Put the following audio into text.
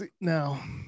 Now